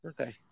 okay